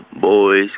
boys